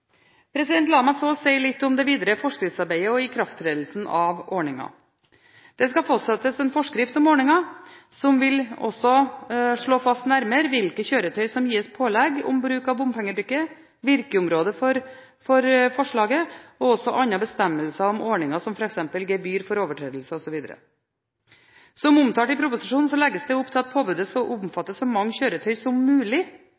La meg så si litt om det videre forskriftsarbeidet og ikrafttredelsen av ordningen. Det skal fastsettes forskrift om ordningen, som også vil slå fast nærmere hvilke kjøretøy som skal gis pålegg om bruk av bompengebrikke, virkeområde for forslaget og andre bestemmelser om ordningen, som f.eks. gebyr for overtredelse osv. Som omtalt i proposisjonen, legges det opp til at påbudet skal omfatte så mange kjøretøy som mulig